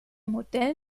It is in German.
modell